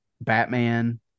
batman